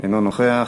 אינו נוכח.